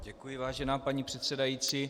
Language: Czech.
Děkuji, vážená paní předsedající.